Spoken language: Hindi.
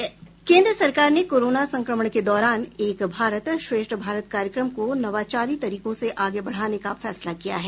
केंद्र सरकार ने कोरोना संक्रमण के दौरान एक भारत श्रेष्ठ भारत कार्यक्रम को नवाचारी तरीकों से आगे बढ़ाने का फैसला किया है